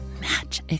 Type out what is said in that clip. match